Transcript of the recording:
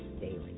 daily